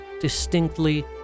distinctly